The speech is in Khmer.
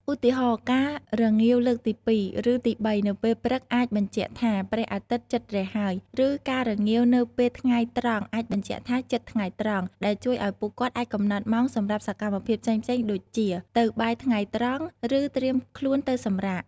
ឧទាហរណ៍ ការរងាវលើកទីពីរ ឬទីបីនៅពេលព្រឹកអាចបញ្ជាក់ថាព្រះអាទិត្យជិតរះហើយ ឬការរងាវនៅពេលថ្ងៃត្រង់អាចបញ្ជាក់ថាជិតថ្ងៃត្រង់ ដែលជួយឱ្យពួកគេអាចកំណត់ម៉ោងសម្រាប់សកម្មភាពផ្សេងៗដូចជា ទៅបាយថ្ងៃត្រង់ ឬត្រៀមខ្លួនទៅសម្រាក។